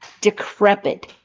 decrepit